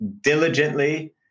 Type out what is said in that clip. diligently